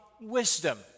wisdom